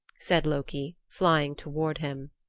said loki, flying toward him.